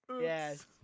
Yes